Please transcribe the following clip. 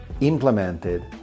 implemented